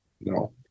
No